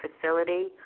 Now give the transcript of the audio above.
facility